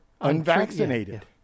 unvaccinated